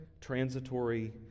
transitory